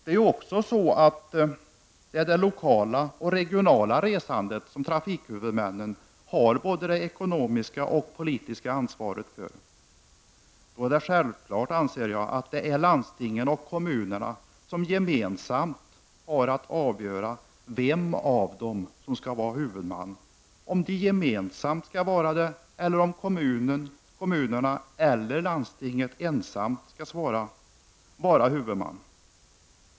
Trafikhuvudmännen har både det ekonomiska och politiska ansvaret för det lokala och det regionala resandet. Då är det självklart, anser jag, att det är landstingen och kommunerna som gemensamt skall avgöra vem av dem som skall vara huvudman, om de gemensamt skall vara det eller om kommunerna eller landstinget ensamt skall vara huvudman.